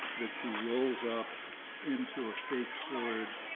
that she rolls up into a fake sword,